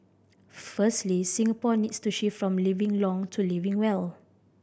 firstly Singapore needs to shift from living long to living well